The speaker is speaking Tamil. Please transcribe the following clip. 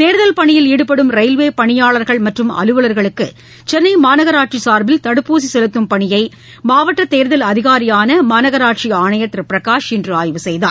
தேர்தல் பணியில் ஈடுபடும் ரயில்வேபணியாளர்கள் மற்றும் அலுவலர்களுக்குசென்னைமாநகராட்சிசார்பில் தடுப்பூசிசெலுத்தும் பணியைமாவட்டதேர்தல் அதினரியானமாநகராட்சிஆணையர் திருபிரகாஷ் இன்றுஆய்வு செய்தார்